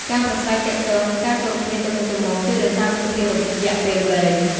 ការប្រាស្រ័យទាក់ទង និងការគោរពគ្នាទៅវិញទៅមកជួយរក្សាមិត្តភាពរយៈពេលវែង។